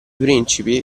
principi